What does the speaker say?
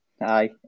Aye